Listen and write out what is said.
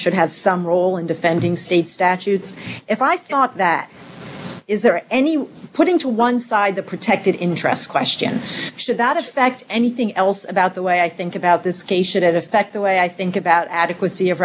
should have some role in defending state statutes if i thought that is there anyone putting to one side the protected interests question should that affect anything else about the way i think about this case shouldn't affect the way i think about adequa